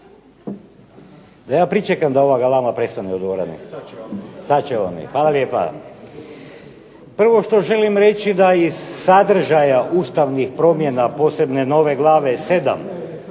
Da ja pričekam da ova galama prestane u dvorani. Sada će oni. Hvala lijepa. Prvo što želim reći da iz sadržaja ustavnih promjena posebne nove glave 7 nakon